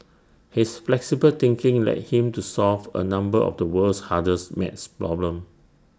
his flexible thinking led him to solve A number of the world's hardest maths problems